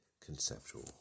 conceptual